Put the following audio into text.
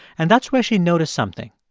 and that's where she noticed something.